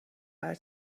برای